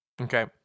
Okay